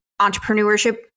entrepreneurship